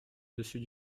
dessus